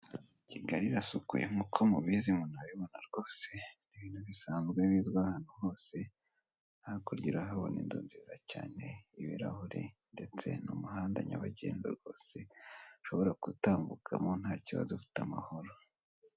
Kigari irasukuye nk'uko mubizi murabibona rwose, ni ibintu bisanzwe bizwi ahantu hose, hakurya urahabona inzu nziza cyane , ibirahure ndetse n'umuhanda nyabagendwa rwose ushobora gutambukamo ufite amahoro.